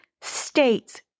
states